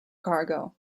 cargo